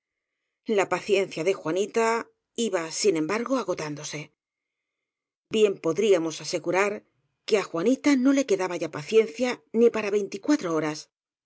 la paciencia de juanita iba sin embargo ago tándose bien podríamos asegurar que á juanita no le quedaba ya paciencia ni para veinticuatro horas